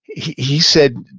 he he said,